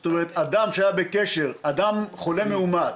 זאת אומרת, חולה מאומת